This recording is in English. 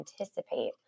anticipate